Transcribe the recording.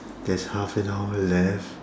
there's half an hour left